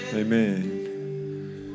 Amen